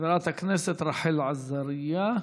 חברת הכנסת רחל עזריה.